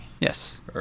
Yes